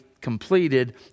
completed